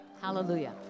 Hallelujah